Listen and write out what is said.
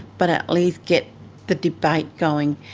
but at least get the debate going,